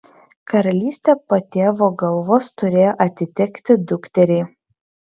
karalystė po tėvo galvos turėjo atitekti dukteriai